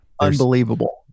unbelievable